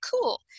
Cool